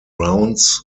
rounds